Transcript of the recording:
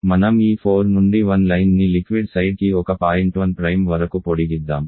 మనం ఈ 4 నుండి 1 లైన్ని లిక్విడ్ సైడ్కి ఒక పాయింట్ 1 వరకు పొడిగిద్దాం